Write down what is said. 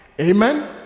amen